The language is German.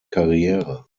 karriere